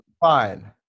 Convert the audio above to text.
fine